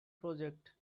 project